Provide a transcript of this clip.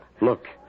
Look